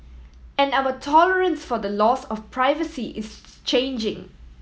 and our tolerance for the loss of privacy is changing